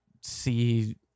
see